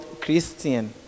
Christian